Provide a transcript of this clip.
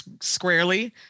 squarely